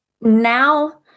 now